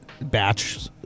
batch